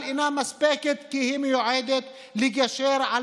אבל אינה מספקת כי היא מיועדת לגשר על